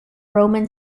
roman